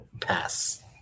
Pass